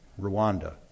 Rwanda